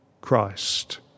Christ